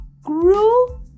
grew